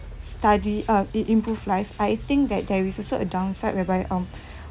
study uh it improve life I think that there is also a downside whereby um